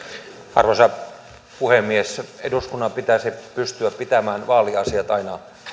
arvoisa puhemies eduskunnan pitäisi pystyä pitämään vaaliasiat aina